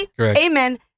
amen